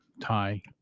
tie